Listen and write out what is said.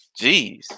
Jeez